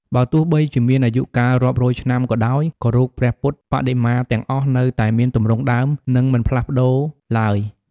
បើ់ទោះបីជាមានអាយុកាលរាប់រយឆ្នាំក៏ដោយ ក៏រូបព្រះពុទ្ធបដិមាទាំងអស់ នៅតែមានទម្រង់ដើម នឹងមិនផ្លាស់ប្តូរឡើយ ។